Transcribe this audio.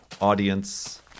audience